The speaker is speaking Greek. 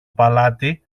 παλάτι